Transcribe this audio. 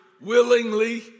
willingly